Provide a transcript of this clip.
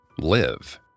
live